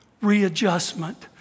readjustment